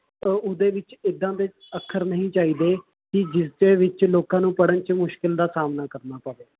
ਉਹਦੇ ਵਿੱਚ ਇੱਦਾਂ ਦੇ ਅੱਖਰ ਨਹੀਂ ਚਾਹੀਦੇ ਕਿ ਜਿਸਦੇ ਵਿੱਚ ਲੋਕਾਂ ਨੂੰ ਪੜ੍ਹਨ 'ਚ ਮੁਸ਼ਕਿਲ ਦਾ ਸਾਹਮਣਾ ਕਰਨਾ ਪਵੇ